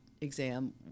exam